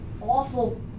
awful